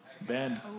Ben